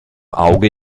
auge